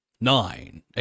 Nine